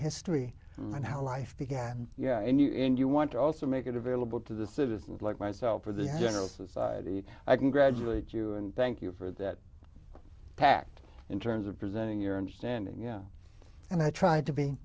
history and how life began yeah and you and you want to also make it available to the citizens like myself or the general society i can graduate you and thank you for that pact in terms of presenting your understanding yeah and i tried to be